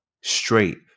straight